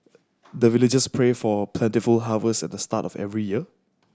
the villagers pray for plentiful harvest at the start of every year